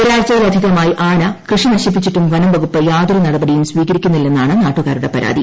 ഒരാഴ്ചയിലധികമായി ആന കൃഷി നശിപ്പിച്ചിട്ടും വനംവകുപ്പ് യാതൊരു നടപടിയും സ്വീകരിക്കുന്നില്ലെന്നാണ് നാട്ടുകാരുടെ പരാതി